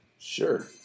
Sure